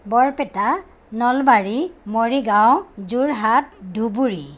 Barpeta Nalbari Morigaon Jorhat Dhubri